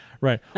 Right